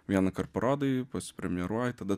vienąkart parodai pasipremjeruoji tada